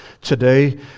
today